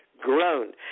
grown